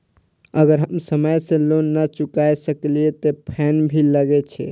अगर हम समय से लोन ना चुकाए सकलिए ते फैन भी लगे छै?